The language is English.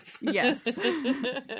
Yes